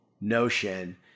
notion